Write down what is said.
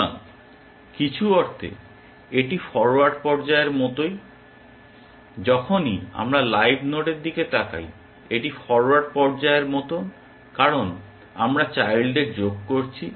সুতরাং কিছু অর্থে এটি ফরোয়ার্ড পর্যায়ের মতো যখনই আমরা লাইভ নোডের দিকে তাকাই এটি ফরোয়ার্ড পর্যায়ের মতো কারণ আমরা চাইল্ডদের যোগ করছি